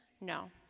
No